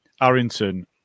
Arrington